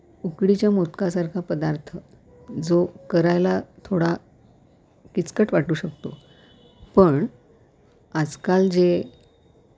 उकडीच्या मोदकासारखा पदार्थ जो करायला थोडा किचकट वाटू शकतो पण आजकाल जे